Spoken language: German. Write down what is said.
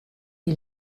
die